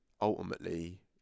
ultimately